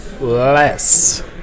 less